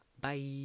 bye